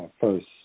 first